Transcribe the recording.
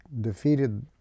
defeated